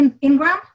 Ingram